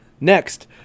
Next